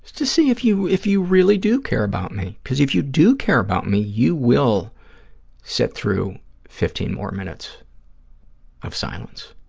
to see if you if you really do care about me, because if you do care about me, you will sit through fifteen more minutes of silence.